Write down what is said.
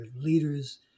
leaders